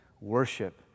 worship